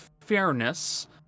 fairness